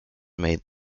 made